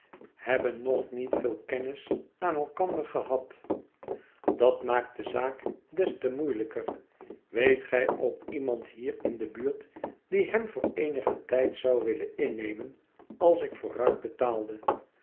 hebben nog niet veel kennis aan elkander gehad dat maakt de zaak des te moeielijker weet gij ook iemand hier in de buurt die hem voor eenigen tijd zou willen innemen als ik vooruit betaalde